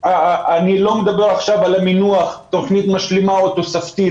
אני לא מדבר עכשיו על המינוח תוכנית משלימה או תוספתית,